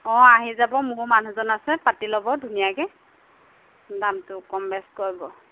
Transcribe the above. অঁ আহি যাব মোৰ মানুহজন আছে পাতি ল'ব ধুনীয়াকৈ দামটো কম বেছ কইব